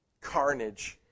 carnage